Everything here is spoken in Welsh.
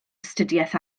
astudiaeth